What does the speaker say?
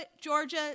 Georgia